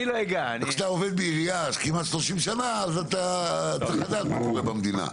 כשאתה עובד בעירייה כמעט 30 שנים אז אתה צריך לדעת מה קורה במדינה.